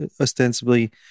ostensibly